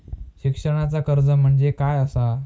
शिक्षणाचा कर्ज म्हणजे काय असा?